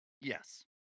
Yes